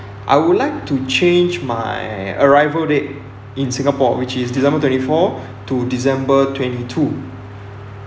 I would like to change my arrival date in singapore which is december twenty four to december twenty two